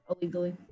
illegally